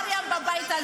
לא יכול להיות.